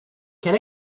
can